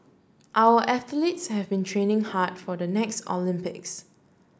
our athletes have been training hard for the next Olympics